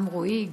גם רועי,